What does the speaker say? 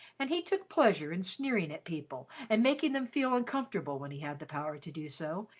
and he took pleasure in sneering at people and making them feel uncomfortable, when he had the power to do so,